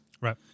Right